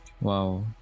wow